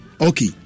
Okay